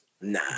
Nah